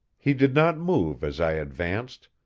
he did not move as i advanced,